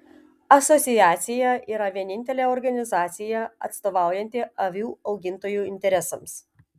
asociacija yra vienintelė organizacija atstovaujanti avių augintojų interesams